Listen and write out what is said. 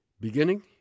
beginning